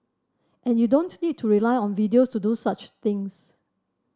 and you don't need to rely on videos to do such things